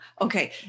Okay